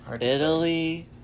Italy